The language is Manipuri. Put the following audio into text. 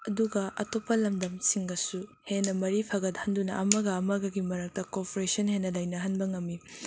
ꯑꯗꯨꯒ ꯑꯇꯞꯄ ꯂꯝꯗꯝ ꯁꯤꯡꯒꯁꯨ ꯍꯦꯟꯅ ꯃꯔꯤ ꯐꯒꯠꯍꯟꯗꯨꯅ ꯑꯃꯒ ꯑꯃꯒꯒꯤ ꯃꯔꯛꯇ ꯀꯣꯄꯔꯦꯁꯟ ꯍꯦꯟꯅ ꯂꯩꯅꯍꯟꯕ ꯉꯝꯏ